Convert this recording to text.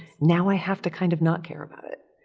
now i have to kind of not care about it.